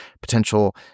potential